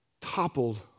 toppled